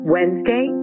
Wednesday